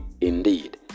indeed